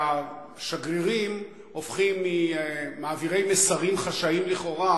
והשגרירים הופכים ממעבירי מסרים חשאיים לכאורה